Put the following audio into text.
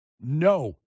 no